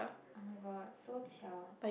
oh-my-god so qiao